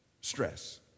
stress